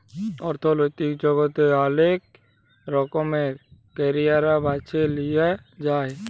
অথ্থলৈতিক জগতে অলেক রকমের ক্যারিয়ার বাছে লিঁয়া যায়